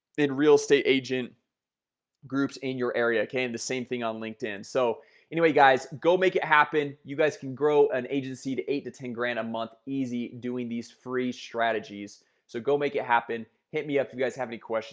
then real estate agent groups in your area came the same thing on, linkedin so anyway guys go make it happen you guys can grow an agency to eight to ten grand a month easy doing these free strategies so go make it happen. hit me up if you guys have any question